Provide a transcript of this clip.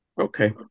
Okay